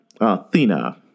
Athena